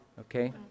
okay